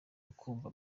ukumva